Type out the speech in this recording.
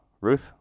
Ruth